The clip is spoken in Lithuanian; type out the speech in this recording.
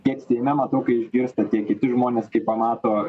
tiek seime matau kai išgirsta tie kiti žmonės kai pamato